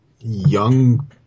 young